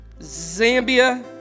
Zambia